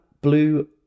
blue